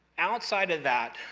outside of that,